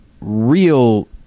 real